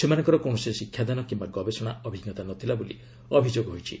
ସେମାନଙ୍କର କୌଣସି ଶିକ୍ଷାଦାନ କିମ୍ବା ଗବେଷଣା ଅଭିଜ୍ଞତା ନ ଥିଲା ବୋଲି ଅଭିଯୋଗ ହୋଇଛି